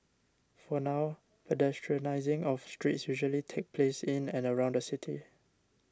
for now pedestrianising of streets usually takes place in and around the city